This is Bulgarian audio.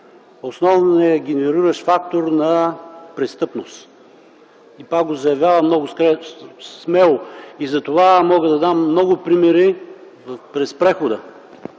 основният генериращ фактор на престъпност. Това го заявявам много смело и за това мога да дам много примери през прехода.